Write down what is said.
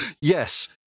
Yes